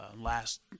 last